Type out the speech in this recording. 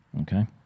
Okay